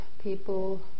people